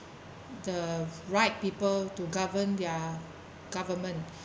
the right people to govern their government